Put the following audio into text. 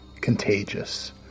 contagious